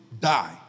die